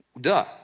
Duh